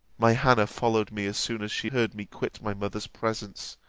my hannah followed me as soon as she heard me quit my mother's presence,